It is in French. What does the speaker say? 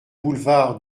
boulevard